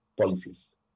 policies